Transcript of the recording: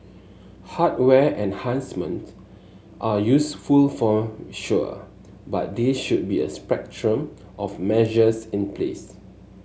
hardware enhancements are useful for sure but there should be a spectrum of measures in place